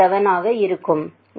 737 ஆக இருக்கும்